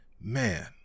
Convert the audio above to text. man